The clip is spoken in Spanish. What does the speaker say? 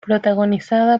protagonizada